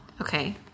Okay